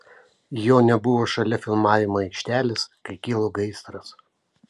jo nebuvo šalia filmavimo aikštelės kai kilo gaisras